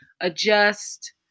adjust